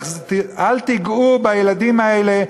אל תיגעו בילדים האלה,